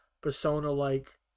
persona-like